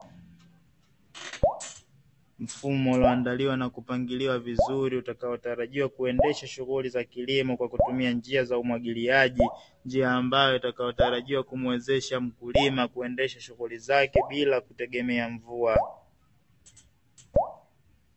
Mfumo uliaondaliwa na kupangiliwa vizuri, utakaotarajiwa kuendesha shughuli za kilimo kwa kutumia njia za umwagiliaji, njia ambayo itakayotarajiwa kumuwezesha mkulima kuendesha shughuli zake bila kutegemea mvua.